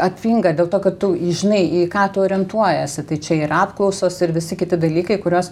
atpinga dėl to kad tu žinai į ką tu orientuojiesi tai čia ir apklausos ir visi kiti dalykai kuriuos